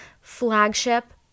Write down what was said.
flagship